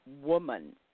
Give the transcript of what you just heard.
woman